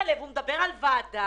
במדינה